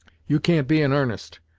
you can't be in airnest,